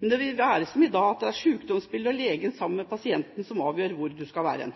men det vil være som i dag, at det er sykdomsbildet og legen sammen med pasienten som avgjør hvor du skal være.